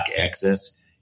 access